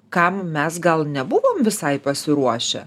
kam mes gal nebuvom visai pasiruošę